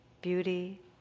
beauty